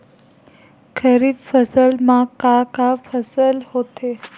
खरीफ फसल मा का का फसल होथे?